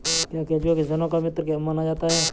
क्या केंचुआ किसानों का मित्र माना जाता है?